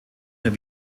mehr